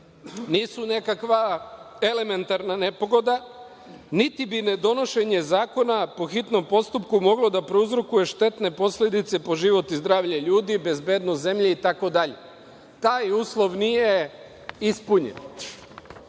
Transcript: nisu nekakva elementarna nepogoda, niti bi nedonošenje zakona po hitnom postupku moglo da prouzrokuje štetne posledice po život i zdravlje ljudi, bezbednost zemlje itd. Taj uslov nije ispunjen. Druga